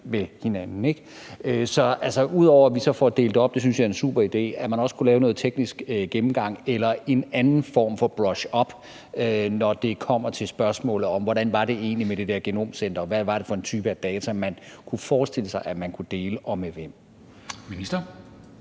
med hinanden. Så ud over, at vi så får det delt op – det synes jeg er en super idé – kunne man også lave en teknisk gennemgang eller en anden form for brush up, når det kommer til spørgsmålet om, hvordan det egentlig var med det der genomcenter, og hvad det var for en type af data, man kunne forestille sig at man kunne dele og med hvem. Kl.